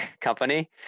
company